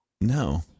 No